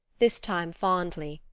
this time fondly,